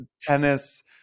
tennis